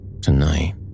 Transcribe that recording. Tonight